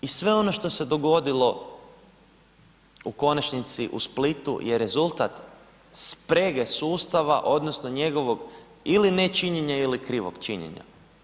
I sve ono što se dogodilo u konačnici u Splitu jer rezultat sprege sustava odnosno njegovog ili nečinjenja ili krivog činjenja.